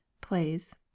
plays